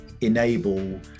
enable